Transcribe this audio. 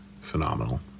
phenomenal